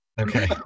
Okay